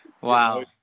Wow